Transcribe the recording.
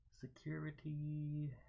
Security